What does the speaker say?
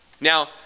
Now